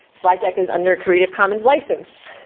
slide deck is under creative commons license.